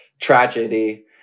tragedy